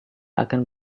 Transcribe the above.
akan